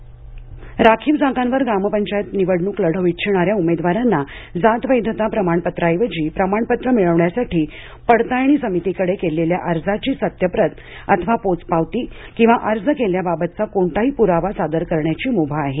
ग्रामपंचायत निवडणक राखीव जागावर ग्रामपंचायत निवडणूक लढवू इच्छिणाऱ्या उमेदवारांना जात वैधता प्रमाणपत्राऐवजी प्रमाणपत्र मिळविण्यासाठी पडताळणी समितीकडे केलेल्या अर्जाची सत्यप्रत अथवा पोचपावती किंवा अर्ज केल्याबाबतचा कोणताही पुरावा सादर करण्याची मुभा आहे